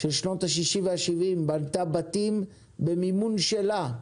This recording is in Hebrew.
של שנות השישים והשבעים, בנתה בתים במימון שלה,